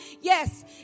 yes